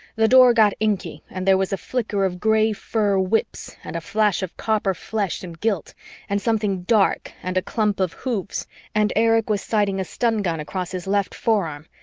the door got inky and there was a flicker of gray fur whips and a flash of copper flesh and gilt and something dark and a clump of hoofs and erich was sighting a stun gun across his left forearm,